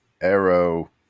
Arrow